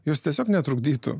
jūs tiesiog netrukdytų